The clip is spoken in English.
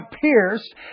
pierced